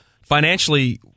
Financially